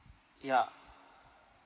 yup